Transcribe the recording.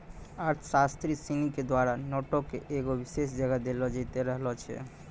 अर्थशास्त्री सिनी के द्वारा नोटो के एगो विशेष जगह देलो जैते रहलो छै